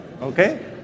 Okay